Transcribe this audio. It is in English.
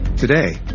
Today